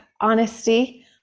honesty